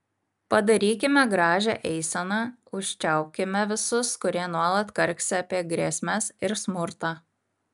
padarykime gražią eiseną užčiaupkime visus kurie nuolat karksi apie grėsmes ir smurtą